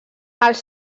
els